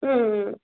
ம் ம் ம்